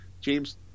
james